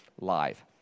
live